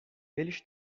eles